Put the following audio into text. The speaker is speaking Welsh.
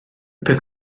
peth